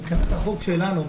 שמבחינת החוק שלנו,